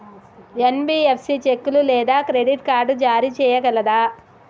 NBFC చెక్కులు లేదా credit card జారీ చేయగలదా?